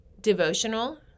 devotional